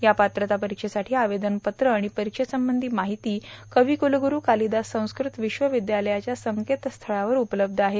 या पात्रता परीक्षेसाठी आवेदनपत्र आणि परीक्षेसंबंधी माहिती कवि कुलगुरू कालिदास संस्कृत विश्वविधातयाच्या संकेतस्थळावर उपलब्ध आहे